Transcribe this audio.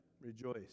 Rejoice